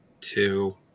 two